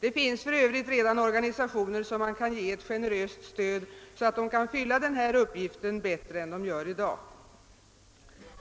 Det finns för Övrigt redan organisationer som man kan ge ett generöst stöd, så att de kan fylla uppgiften bättre än de gör i dag.